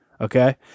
Okay